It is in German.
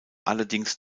allerdings